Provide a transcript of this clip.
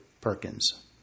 Perkins